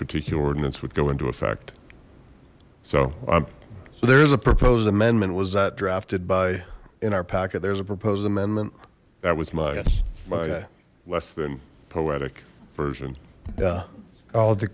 particular ordinance would go into effect so there is a proposed amendment was that drafted by in our packet there's a proposed amendment that was my my less than poetic version yeah all to